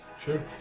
Sure